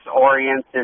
oriented